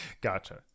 Gotcha